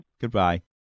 Goodbye